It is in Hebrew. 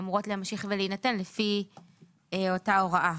יש הטבות שלגביהן הדברים מוסדרים בצורה טובה בהוראות